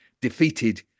defeated